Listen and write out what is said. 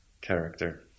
character